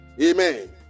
Amen